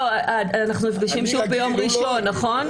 אנחנו נפגשים שוב ביום ראשון, נכון?